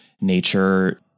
nature